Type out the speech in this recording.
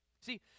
See